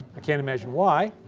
i can't imagine why.